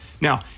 Now